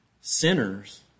sinners